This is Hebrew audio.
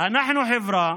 אנחנו חברה